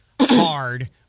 hard